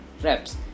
reps